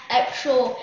actual